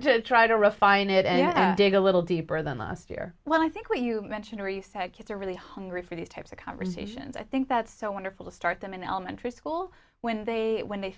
to try to refine it and dig a little deeper than last year when i think what you mention are you said kids are really hungry for these types of conversations i think that's so wonderful to start them in elementary school when they when they